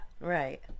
Right